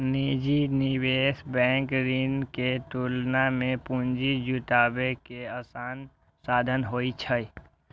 निजी निवेश बैंक ऋण के तुलना मे पूंजी जुटाबै के आसान साधन होइ छै